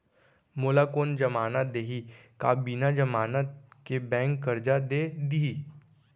मोला कोन जमानत देहि का बिना जमानत के बैंक करजा दे दिही?